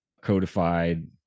codified